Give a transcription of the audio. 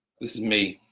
this is me,